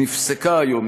נפסקה היום,